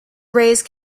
raised